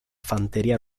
fanteria